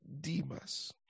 Demas